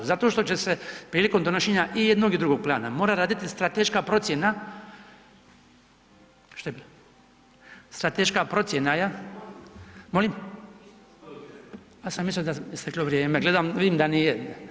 Zato što će se prilikom donošenja i jednog i drugog plana, mora raditi strateška procjena… ... [[Upadica se ne čuje.]] strateška procjena… ... [[Upadica se ne čuje.]] Molim? ... [[Upadica se ne čuje.]] Ja sam mislio da isteklo vrijeme, gledam, vidim da nije.